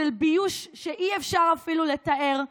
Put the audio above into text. של ביוש שאי-אפשר אפילו לתאר,